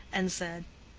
and said,